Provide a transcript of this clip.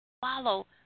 Follow